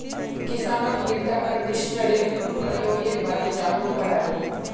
किसानक मृदा कंडीशनरेर प्रयोगेर बारे जागरूक कराले